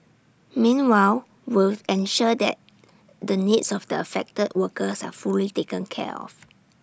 meanwhile will ensure that the needs of the affected workers are fully taken care of